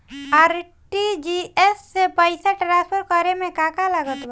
RTGS से पईसा transfer करे मे का का लागत बा?